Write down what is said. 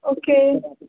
okay